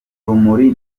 rumuri